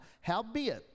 Howbeit